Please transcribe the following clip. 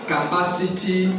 Capacity